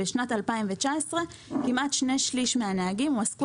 בשנת 2019 כמעט שני-שלישים מן הנהגים הועסקו